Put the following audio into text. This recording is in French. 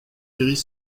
iris